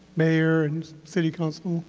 mayor and city councilpersons.